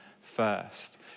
first